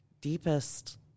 deepest